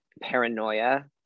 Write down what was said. paranoia